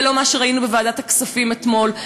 זה לא מה שראינו בוועדת הכספים אתמול.